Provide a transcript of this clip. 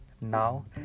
Now